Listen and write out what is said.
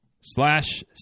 slash